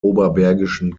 oberbergischen